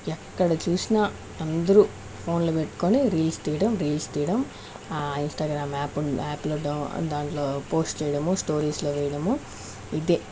ఎక్కడ చూసినా అందరు ఫోన్లు పెట్టుకొని రిల్స్ తీయడం రిల్స్ తీయడం ఆ ఇంస్టాగ్రాము యాప్ ఉంది ఆ యాప్లో డౌన్లో దాంట్లో పోస్ట్ చేయడము స్టోరీస్లో వేయడము ఇదే